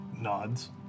nods